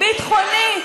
ביטחוני,